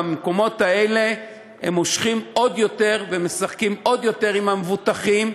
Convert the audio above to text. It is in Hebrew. במקומות האלה הם מושכים עוד יותר ומשחקים עוד יותר עם המבוטחים,